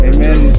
Amen